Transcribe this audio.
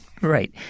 right